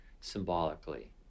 symbolically